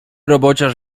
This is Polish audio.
robociarz